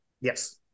Yes